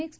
x